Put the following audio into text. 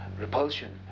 repulsion